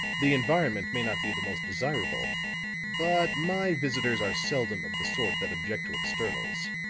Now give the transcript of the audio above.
the environment may not be the most desirable but, my visitors are seldom of the sort that object to externals.